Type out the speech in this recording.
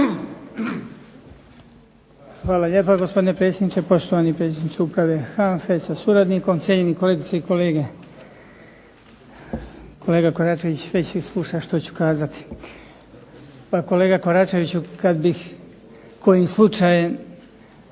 Hvala lijepa gospodine predsjedniče, poštovani predsjedniče uprave HANFA-e sa suradnikom, cijenjeni kolegice i kolege. Kolega Koračević već sluša što ću kazati. Pa kolega Koračeviću, kad bih kojim slučajem